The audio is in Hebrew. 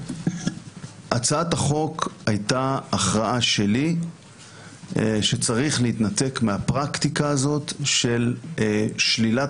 הצעת החוק הייתה הכרעה שלי שצריך להתנתק מהפרקטיקה הזאת של שלילת